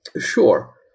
Sure